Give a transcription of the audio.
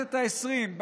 בכנסת העשרים,